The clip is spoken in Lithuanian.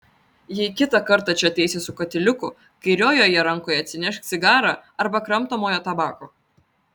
jei kitą kartą čia ateisi su katiliuku kairiojoje rankoje atsinešk cigarą arba kramtomojo tabako